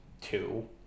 two